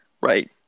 Right